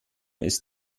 ist